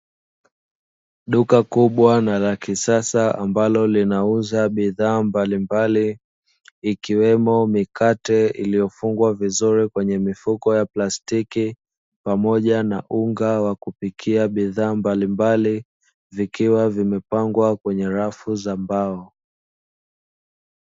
Duka kubwa na la kisasa ambalo linauza bidhaa mbalimbali ikiwemo mikate iliyofungwa vizuri kwenye mifuko ya plastiki pamoja na unga wa kupikia bidhaa mbalimbali, zikiwa zimepangwa kwenye rafu za mbao.